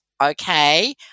Okay